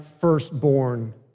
firstborn